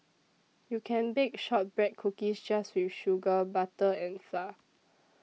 you can bake Shortbread Cookies just with sugar butter and flour